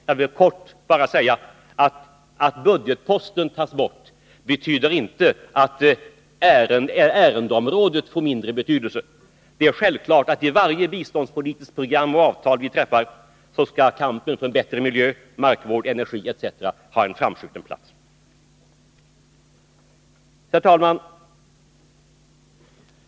Jag vill bara kort säga att det förhållandet att budgetposten tas bort inte betyder att ärendeområdet får mindre betydelse. Det är självklart att i varje biståndpolitiskt program och i de avtal vi träffar skall kampen för en bättre miljö, markvård och lösning av energiproblemen etc. ha en framskjuten plats. Herr talman!